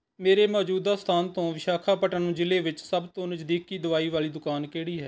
ਮੇਰੇ ਮੌਜੂਦਾ ਸਥਾਨ ਤੋਂ ਵਿਸ਼ਾਖਾਪਟਨਮ ਜ਼ਿਲ੍ਹੇ ਵਿੱਚ ਸਭ ਤੋਂ ਨਜ਼ਦੀਕੀ ਦਵਾਈ ਵਾਲੀ ਦੁਕਾਨ ਕਿਹੜੀ ਹੈ